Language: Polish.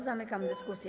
Zamykam dyskusję.